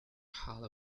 hall